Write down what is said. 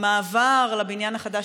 המעבר לבניין החדש,